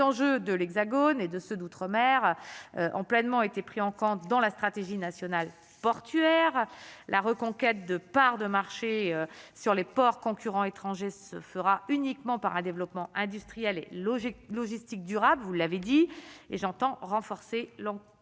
les enjeux de l'Hexagone et de ceux d'Outre-mer en pleinement, a été pris en compte dans la stratégie nationale portuaire, la reconquête de parts de marché sur les ports concurrents étrangers se fera uniquement par un développement industriel et logique logistique durable, vous l'avez dit, et j'entend renforcer l'leur